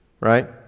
Right